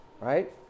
right